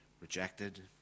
rejected